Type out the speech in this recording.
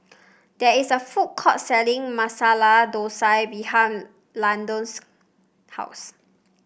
there is a food court selling Masala Dosa behind Lyndon's house